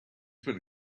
been